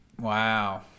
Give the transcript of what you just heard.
Wow